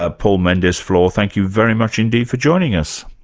ah paul mendes-flohr, thank you very much indeed for joining us.